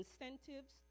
incentives